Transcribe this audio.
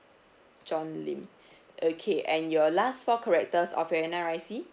john lim okay and your last four characters of your N_R_I_C